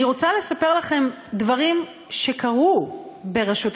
אני רוצה לספר לכם דברים שקרו ברשות השידור,